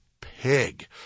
pig